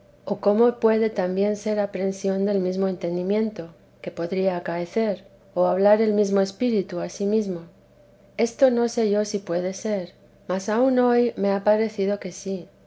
o cómo puede también ser aprensión del mesmo entendimiento que podría acaecer o hablar el mesmo espíritu a sí mesmo esto no sé yo si puede ser mas aun hoy me ha parecido que sí